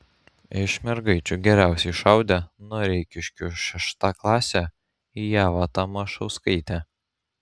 iš mergaičių geriausiai šaudė noreikiškių šeštaklasė ieva tamašauskaitė